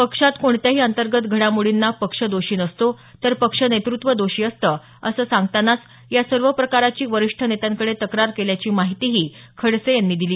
पक्षात कोणत्याही अंतर्गत घडामोडींना पक्ष दोषी नसतो तर पक्ष नेतृत्व दोषी असते असे सांगतानाच या सर्व प्रकाराची वरिष्ठ नेत्यांकडे तक्रार केल्याची माहितीही खडसे यांनी दिली